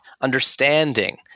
understanding –